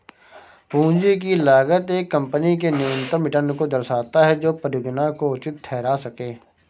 पूंजी की लागत एक कंपनी के न्यूनतम रिटर्न को दर्शाता है जो परियोजना को उचित ठहरा सकें